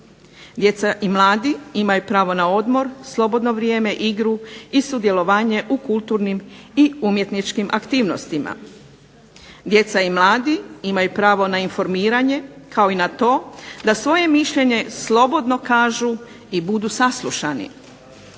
Djeca i mladi imaju pravo na odmor slobodno vrijeme, igru i sudjelovanje u kulturnim i umjetničkim aktivnostima. Djeca i mladi imaju pravo na informiranje kao i na to da svoje mišljenje slobodno kažu i budu saslušani.